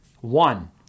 One